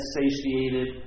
satiated